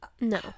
no